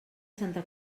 santa